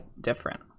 different